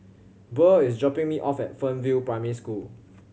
Burr is dropping me off at Fernvale Primary School